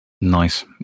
Nice